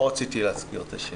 לא רציתי להזכיר את השם.